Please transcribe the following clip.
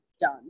done